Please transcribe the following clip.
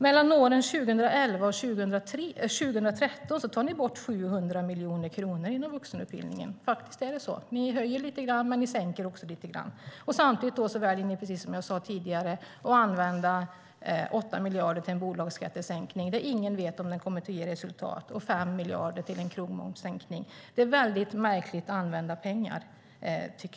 Mellan år 2011 och 2013 tar ni bort 700 miljoner kronor inom vuxenutbildningen. Det är faktiskt så. Ni höjer lite grann, men ni sänker också lite grann. Samtidigt väljer ni, precis som jag sade tidigare, att använda 8 miljarder till en bolagsskattesänkning, men ingen vet om den kommer att ge resultat, och 5 miljarder till en sänkning av krogmomsen. Det är mycket märkligt använda pengar.